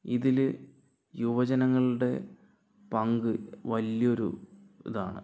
ഇതില് യുവജനങ്ങളുടെ പങ്ക് വലിയ ഒരു ഇതാണ്